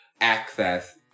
access